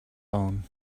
own